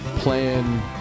playing